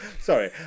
Sorry